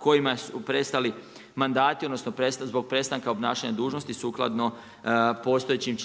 kojima su prestali mandat odnosno zbog prestanka obnašanja dužnosti sukladno postojećim